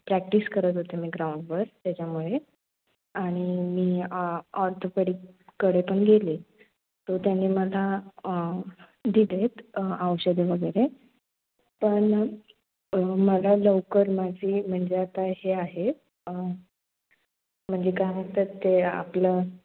practice करत होते मी ग्राऊंडवर त्याच्यामुळे आणि मी ऑर्थोपेडीकडे पण गेले सो त्याने मला दिलेत औषधं वगैरे पण मला लवकर माझी म्हणजे आता हे आहे म्हणजे काय म्हणतात ते आपलं